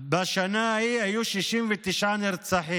בשנה ההיא היה 69 נרצחים.